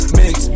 mix